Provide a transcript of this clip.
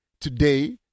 today